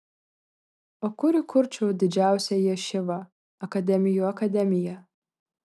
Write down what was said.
o kur įkurčiau didžiausią ješivą akademijų akademiją